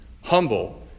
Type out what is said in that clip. humble